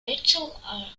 mitchell